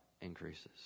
increases